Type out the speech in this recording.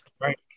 Right